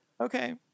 Okay